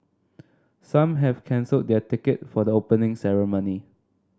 some have cancelled their ticket for the Opening Ceremony